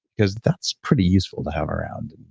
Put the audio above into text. because that's pretty useful to have around,